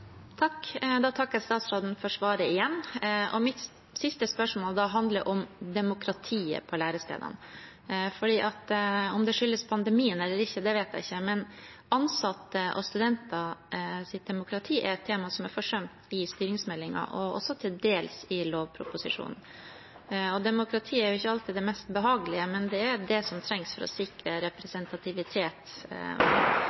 Jeg takker igjen for svaret fra statsråden. Mitt siste spørsmål handler om demokratiet på lærestedene. Om det skyldes pandemien eller ikke, vet jeg ikke, men ansatte og studenters demokrati er et forsømt tema i styringsmeldingen og til dels i lovproposisjonen. Demokrati er ikke alltid det mest behagelige, men det er det som trengs for å sikre